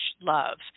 love